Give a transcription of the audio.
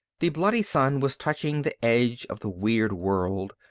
the bloody sun was touching the edge of the weird world,